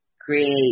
create